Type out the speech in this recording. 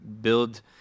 build